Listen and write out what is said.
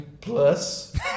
plus